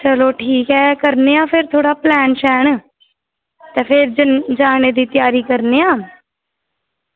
चलो ठीक ऐ करने आं फिर थोह्ड़ा प्लान श्लैन ते फिर जन जाने दी त्यारी करने आं